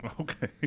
Okay